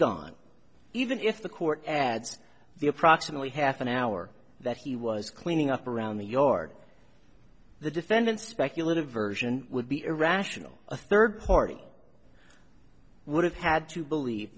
gone even if the court adds the approximately half an hour that he was cleaning up around the yard the defendant speculative version would be irrational a third party i would have had to believe